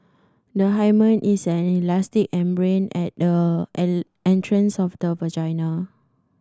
the hymen is an elastic membrane at the entrance of the vagina